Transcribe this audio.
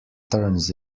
turns